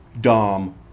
Dom